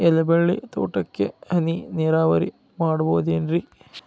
ಎಲೆಬಳ್ಳಿ ತೋಟಕ್ಕೆ ಹನಿ ನೇರಾವರಿ ಮಾಡಬಹುದೇನ್ ರಿ?